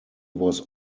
was